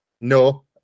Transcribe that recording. no